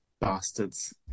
Bastards